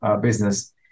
business